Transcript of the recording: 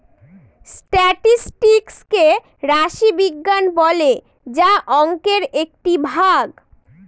statistics কে রাশি বিজ্ঞান বলে যা অংকের একটি ভাগ